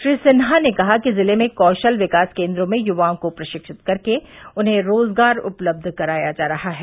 श्री सिन्हा ने कहा कि जिले में कौशल विकास केन्द्रों में युवाओं को प्रशिक्षित कर के उन्हें रोजगार उपलब्ध कराया जा रहा है